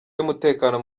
y’umutekano